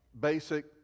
basic